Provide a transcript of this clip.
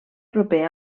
proper